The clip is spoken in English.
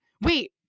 Wait